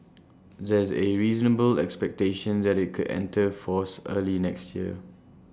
there's A reasonable expectation that IT could enter force early next year